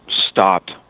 stopped